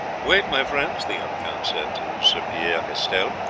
wait, my friends, the young count said to sir pierre estelle,